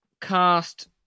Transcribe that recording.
cast